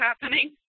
happening